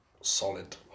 Solid